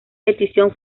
petición